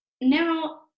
now